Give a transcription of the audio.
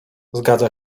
zgadza